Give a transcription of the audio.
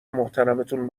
محترمتون